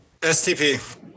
STP